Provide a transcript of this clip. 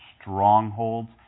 strongholds